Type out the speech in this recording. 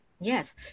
Yes